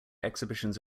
exhibitions